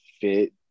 fit